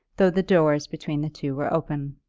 though the doors between the two were open.